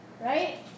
right